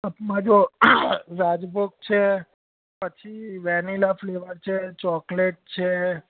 એમાં જો રાજભોગ છે પછી વેનીલા ફ્લેવર છે ચૉકલેટ છે